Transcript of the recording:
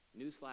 Newsflash